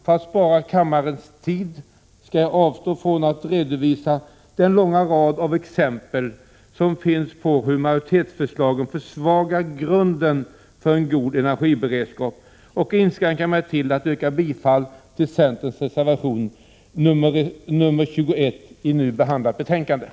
För att spara kammarens tid skall jag avstå från att redovisa den långa rad av exempel som finns på hur majoritetsförslagen försvagar grunden för en god energiberedskap och inskränka mig till att yrka bifall till centerns reservation 21 i det nu behandlade betänkandet.